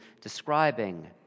describing